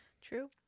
true